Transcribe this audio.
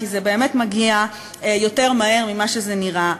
כי זה באמת מגיע יותר מהר ממה שזה נראה.